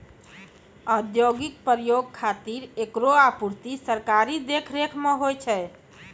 औद्योगिक प्रयोग खातिर एकरो आपूर्ति सरकारी देखरेख म होय छै